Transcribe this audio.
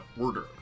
order